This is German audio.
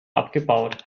abgebaut